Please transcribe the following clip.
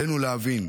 עלינו להבין,